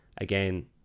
again